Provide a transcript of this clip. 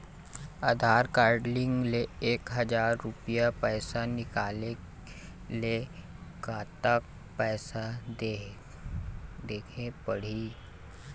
आधार card link ले एक हजार रुपया पैसा निकाले ले कतक पैसा देहेक पड़ही?